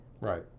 Right